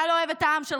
אני אוהב את העם שלי,